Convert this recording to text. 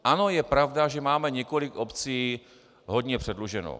Ano, je pravda, že máme několik obcí hodně předluženo.